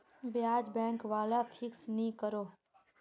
ब्याज़ बैंक वाला फिक्स नि करोह